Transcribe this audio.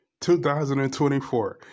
2024